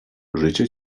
życie